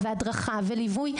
הדרכה וליווי.